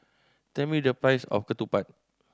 tell me the price of ketupat